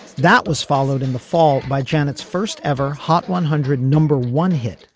that was followed in the fall by janet's first ever hot one hundred number one hit.